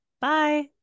Bye